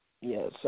yes